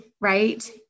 right